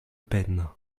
peine